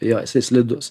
jo jisai slidus